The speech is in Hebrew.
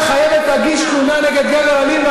אישה חייבת להגיש תלונה נגד גבר אלים,